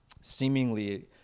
seemingly